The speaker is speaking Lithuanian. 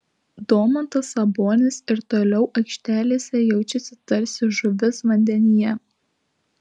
domantas sabonis ir toliau aikštelėse jaučiasi tarsi žuvis vandenyje